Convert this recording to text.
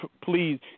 Please